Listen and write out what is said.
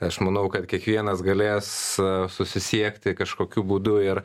aš manau kad kiekvienas galės susisiekti kažkokiu būdu ir